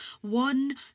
one